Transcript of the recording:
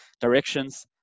directions